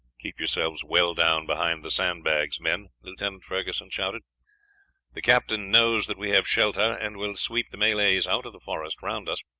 keep yourselves well down behind the sandbags, men, lieutenant ferguson shouted the captain knows that we have shelter, and will sweep the malays out of the forest round us.